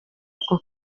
ako